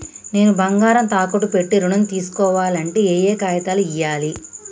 నేను బంగారం తాకట్టు పెట్టి ఋణం తీస్కోవాలంటే ఏయే కాగితాలు ఇయ్యాలి?